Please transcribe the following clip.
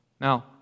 Now